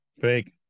Fake